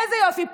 איזה יופי,